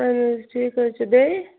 اَہَن حظ ٹھیٖک حظ چھِ بیٚیہِ